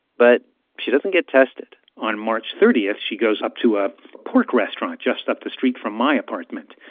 but she doesn't get tested on march thirty, she goes up to a pork restaurant just up the street from my apartment,